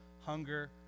hunger